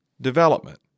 development